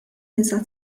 nisa